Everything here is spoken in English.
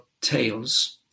tales